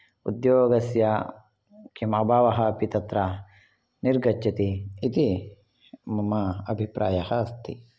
उद्योगस्य किम् अभावः अपि तत्र निर्गच्छति इति मम अभिप्रायः अस्ति